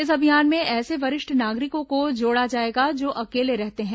इस अभियान में ऐसे वरिष्ठ नागरिकों को जोड़ा जाएगा जो अकेले रहते हैं